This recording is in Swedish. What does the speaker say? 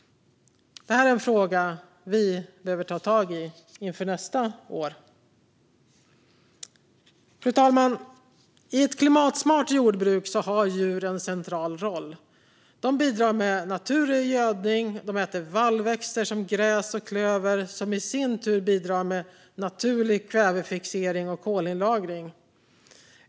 Detta är en fråga vi behöver ta tag i inför nästa år. Fru talman! I ett klimatsmart jordbruk har djur en central roll. De bidrar med naturlig gödning, och de äter vallväxter som gräs och klöver, vilka i sin tur bidrar med naturlig kvävefixering och kolinlagring.